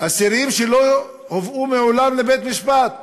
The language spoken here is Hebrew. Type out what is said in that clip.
אסירים שלא הובאו מעולם לבית-משפט,